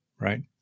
right